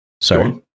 Sorry